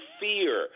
fear